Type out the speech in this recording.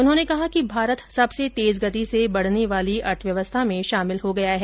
उन्होंने कहा कि भारत सबसे तेज गति से बढने वाली अर्थव्यवस्था में शामिल है